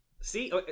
See